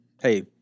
hey